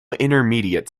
intermediate